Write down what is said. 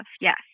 yes